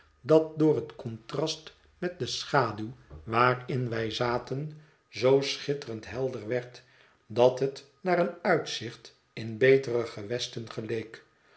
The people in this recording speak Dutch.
dat door het contrast met de schaduw waarin wij zaten zoo schitterend helder werd dat het naar een uitzicht in betere gewesten geleek